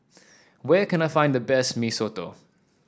where can I find the best Mee Soto